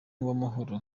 uwamahoro